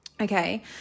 Okay